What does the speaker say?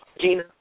Gina